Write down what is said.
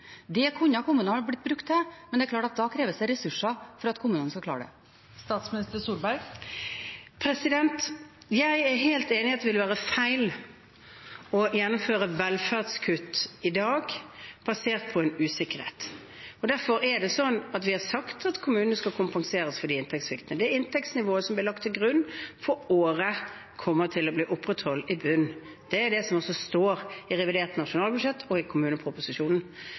Det kunne kommunene ha blitt brukt til, men det er klart at da kreves det ressurser for at de skal klare det. Jeg er helt enig i at det ville være feil å gjennomføre velferdskutt i dag basert på usikkerhet. Derfor er det slik at vi har sagt at kommunene skal kompenseres for inntektssvikten. Men det inntektsnivået som ble lagt til grunn for året, kommer til å bli opprettholdt i bunnen. Det er også det som står i revidert nasjonalbudsjett og i kommuneproposisjonen.